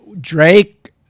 Drake